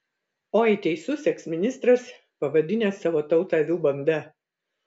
oi teisus eksministras pavadinęs savo tautą avių banda